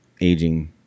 aging